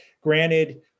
Granted